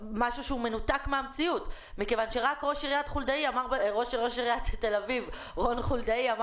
משהו שהוא מנותק בתל אביב מכיוון שראש עיריית תל אביב רון חולדאי אמר